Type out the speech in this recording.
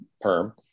perm